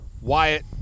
Wyatt